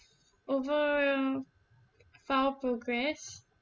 file progress